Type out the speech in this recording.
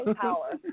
Power